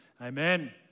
Amen